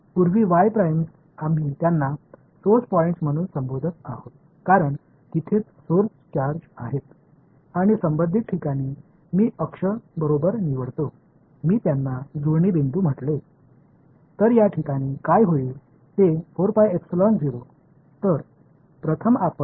முன்னதாக y ப்ரைம்களை நாம் சௌர்ஸ் பாய்ண்ட்ஸ் என்று அழைக்கிறோம் ஏனென்றால் அங்குதான் சார்ஜ்களின் மூலங்கள் மற்றும் அச்சுடன் நான் தேர்ந்தெடுக்கும் இடம் உள்ளது அவற்றை மேட்சிங் பாயிண்ட் என்று அழைத்தேன்